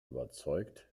überzeugt